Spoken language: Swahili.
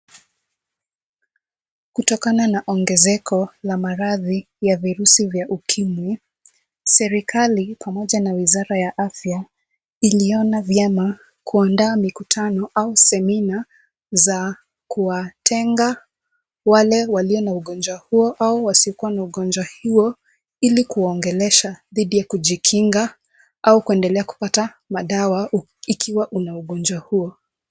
Kutokana na ongezeko ya maradhi ya virusi vya Ukimwi, serikali pamoja na wizara ya afya iliona vyema kuandaa mikutano au semina za kuwatenga wale walio na ugonjwa huo au wasiokuwa na ugonjwa huo ili kuwaongelesha dhidi ya kujikinga au kuendelea kupata madawa ikiwa una ugonjwa huo.